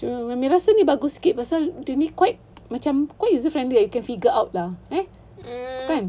cuma mummy rasa ni bagus sikit pasal ni quite macam quite user-friendly you can figure out lah eh kan